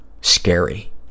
scary